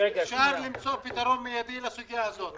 אפשר למצוא פתרון מיידי לסוגיה הזו.